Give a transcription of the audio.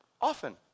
Often